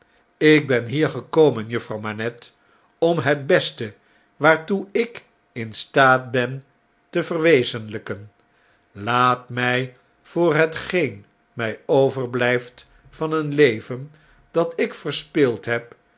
ik ben hier gekomen juffrouw manette om het beste waartoe ik in staat ben tevereen onkiesch mensch wezenljjken laat mij voor hetgeen mij overbljjft van een leven dat ik verspild heb